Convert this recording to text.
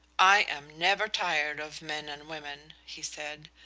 i am never tired of men and women, he said.